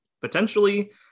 potentially